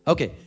Okay